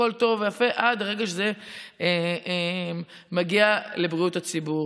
הכול טוב ויפה עד הרגע שזה מגיע לבריאות הציבור.